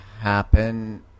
happen